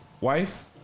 wife